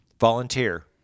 Volunteer